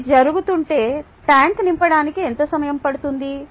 ఇది జరుగుతుంటే ట్యాంక్ నింపడానికి ఎంత సమయం పడుతుంది